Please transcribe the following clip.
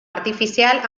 artificial